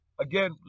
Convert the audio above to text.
again